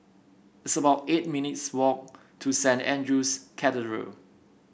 it's about eight minutes walk to Saint Andrew's Cathedral